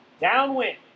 downwind